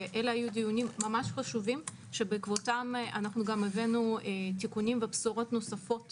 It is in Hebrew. אלה היו דיונים חשובים מאוד שבעקבותיהם הבאנו תיקונים ובשורות נוספות